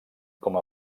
com